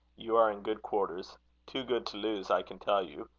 you are in good quarters too good to lose, i can tell you.